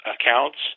accounts